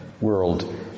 world